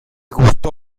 gustó